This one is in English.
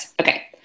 Okay